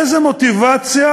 איזו מוטיבציה